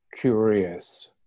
curious